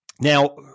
Now